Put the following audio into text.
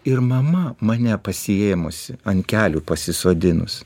ir mama mane pasiėmusi ant kelių pasisodinus